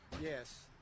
Yes